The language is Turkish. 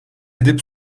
edip